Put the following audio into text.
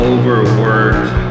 Overworked